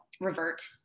revert